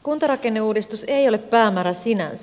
kuntarakenneuudistus ei ole päämäärä sinänsä